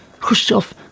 Khrushchev